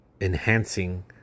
enhancing